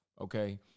okay